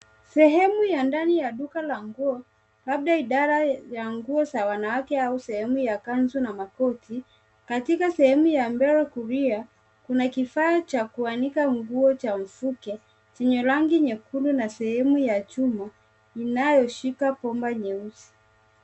Sehemu ya ndani ya duka la nguo, labda idara ya nguo za wanawake au sehemu ya kanzu na makoti. Katika sehemu ya mbele kulia kuna kifaa cha kuanika nguo cha mvuke chenye rangi nyekundu na sehemu ya chuma inayoshika bomba nyeusi.